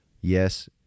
yes